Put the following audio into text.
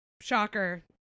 shocker